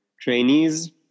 trainees